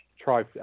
try